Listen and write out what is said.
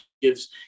gives